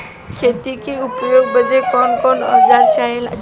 खेती में उपयोग बदे कौन कौन औजार चाहेला?